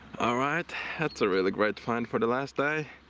ah right that's a really great find for the last day.